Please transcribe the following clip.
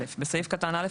(א)בסעיף קטן (א),